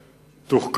תשס"א,